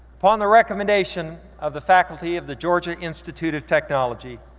upon the recommendation of the faculty of the georgia institute of technology,